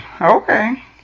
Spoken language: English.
Okay